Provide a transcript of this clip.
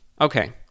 Okay